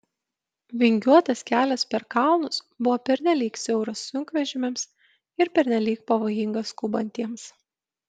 vingiuotas kelias per kalnus buvo pernelyg siauras sunkvežimiams ir pernelyg pavojingas skubantiems